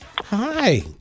hi